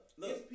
look